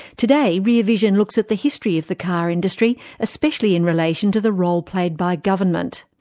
today, rear vision looks at the history of the car industry, especially in relation to the role played by government.